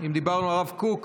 אם דיברנו על הרב קוק,